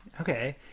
Okay